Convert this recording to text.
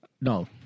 No